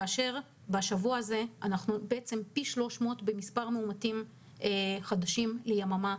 ובשבוע הזה אנחנו עם פי 300 במספר המאומתים החדשים ליממה,